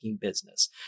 business